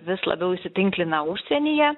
vis labiau įsitinklina užsienyje